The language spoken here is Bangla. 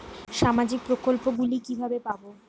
সামাজিক প্রকল্প গুলি কিভাবে পাব?